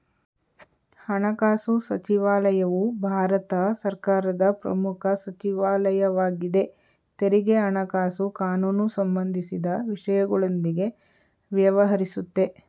ಹಣಕಾಸು ಸಚಿವಾಲಯವು ಭಾರತ ಸರ್ಕಾರದ ಪ್ರಮುಖ ಸಚಿವಾಲಯವಾಗಿದೆ ತೆರಿಗೆ ಹಣಕಾಸು ಕಾನೂನು ಸಂಬಂಧಿಸಿದ ವಿಷಯಗಳೊಂದಿಗೆ ವ್ಯವಹರಿಸುತ್ತೆ